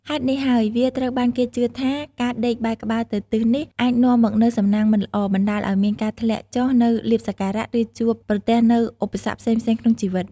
ហេតុនេះហើយ វាត្រូវបានគេជឿថា ការដេកបែរក្បាលទៅទិសនេះអាចនាំមកនូវ សំណាងមិនល្អ បណ្ដាលឱ្យមានការធ្លាក់ចុះនូវលាភសក្ការៈ ឬជួបប្រទះនូវឧបសគ្គផ្សេងៗក្នុងជីវិត។